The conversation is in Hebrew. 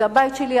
זה הבית שלי,